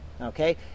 okay